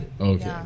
Okay